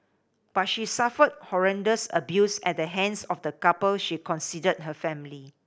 but she suffered horrendous abuse at the hands of the couple she considered her family